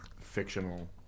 fictional